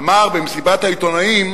אמר במסיבת העיתונאים,